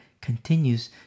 continues